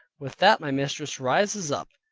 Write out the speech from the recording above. with that my mistress rises up,